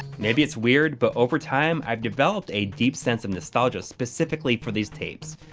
maybe its weird, but over time i've developed a deep sense of nostalgia specifically for these tapes,